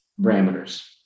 parameters